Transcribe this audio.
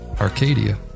Arcadia